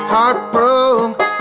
Heartbroken